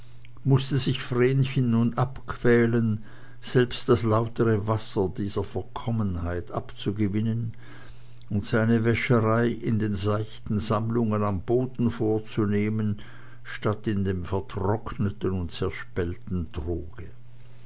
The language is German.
mußte sich vrenchen nun abquälen selbst das lautere wasser dieser verkommenheit abzugewinnen und seine wäscherei in den seichten sammlungen am boden vorzunehmen statt in dem vertrockneten und zerspellten troge